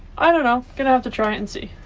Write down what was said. i don't know gonna have to try and see.